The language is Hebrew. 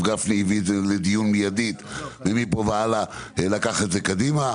גפני הביא את זה לדיון מיידי ומפה והלאה לקח את זה קדימה.